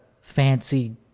fancy